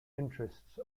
interests